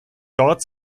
dort